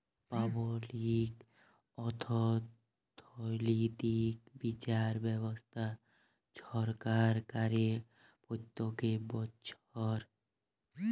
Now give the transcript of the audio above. public অথ্থলৈতিক বিচার ব্যবস্থা ছরকার ক্যরে প্যত্তেক বচ্ছর